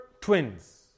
twins